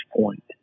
point